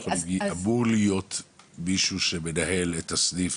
אמור להיות איש קשר.